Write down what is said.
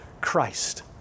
Christ